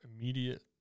immediate